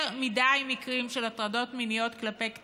מדי מקרים של הטרדות מיניות כלפי קטינים,